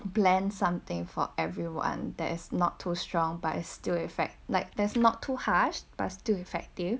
plan something for everyone that is not too strong but is still effect like there's not too harsh but still effective